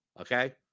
okay